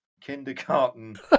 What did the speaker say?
kindergarten